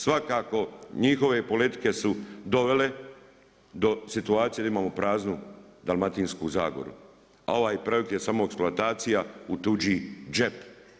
Svakako su njihove politike dovele do situacije di imamo praznu Dalmatinsku zagoru a ovaj projekt je samo eksploatacija u tuđi džep.